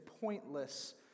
pointless